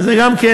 וגם זה נעשה